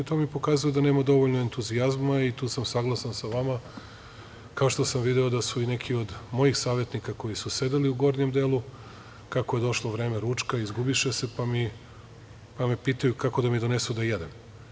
To mi pokazuje da nema dovoljno entuzijazma i tu sam saglasan sa vama, kao što sam video da su neki od mojih savetnika, koji su sedeli u gornjem delu, kako je došlo vreme ručka, izgubiše se, pa me pitaju kako da mi donesu da jedem.